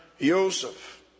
Joseph